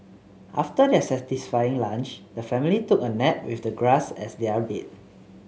after their satisfying lunch the family took a nap with the grass as their bed